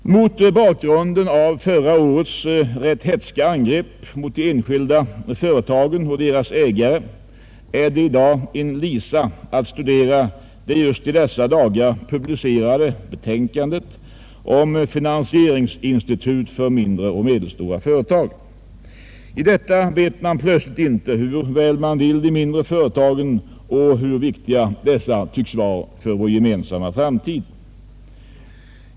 Mot bakgrunden av förra årets ganska hätska angrepp mot de enskilda företagen och deras ägare är det i dag en lisa att studera det just i dessa dagar publicerade betänkandet om finansieringsinstitut för mindre och medelstora företag. I detta vet man inte hur väl man vill de mindre företagen — de tycks plötsligt vara mycket viktiga för vår gemensamma framtid.